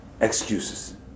excuses